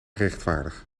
rechtvaardig